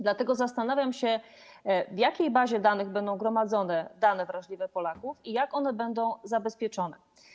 Dlatego zastanawiam się, w jakiej bazie danych będą gromadzone dane wrażliwe Polaków i jak one będą zabezpieczone.